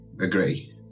agree